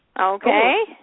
Okay